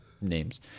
names